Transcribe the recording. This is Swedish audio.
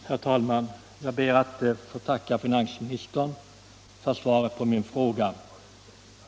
Herr talman! Jag ber att få tacka finansministern för svaret på min fråga.